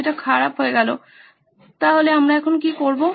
এটা খারাপ তাহলে আমরা এখন কি করব